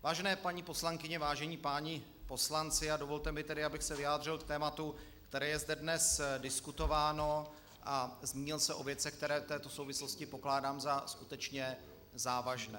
Vážené paní poslankyně, vážení páni poslanci, dovolte mi tedy, abych se vyjádřil k tématu, které je zde dnes diskutováno, a zmínil se o věcech, které v této souvislosti pokládám za skutečně závažné.